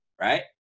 Right